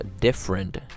different